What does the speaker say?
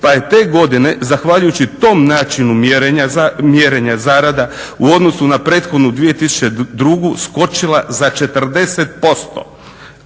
pa je te godine zahvaljujući tom načinu mjerenja zarada u odnosu na prethodnu 2002. Skočila za 40%